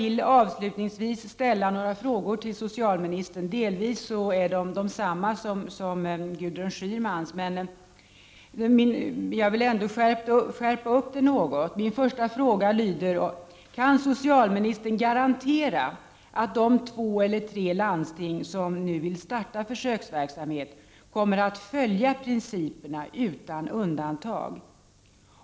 Avslutningsvis vill jag ställa några frågor till socialministern. Det är delvis samma frågor som Gudrun Schyman har ställt, men jag vill ändå skärpa frågeställningarna litet. Kan socialministern för det första garantera att de två eller tre landsting som nu vill starta försöksverksamhet kommer att följa principerna utan undantag?